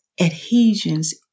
adhesions